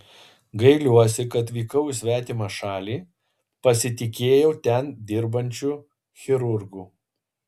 gailiuosi kad vykau į svetimą šalį pasitikėjau ten dirbančiu chirurgu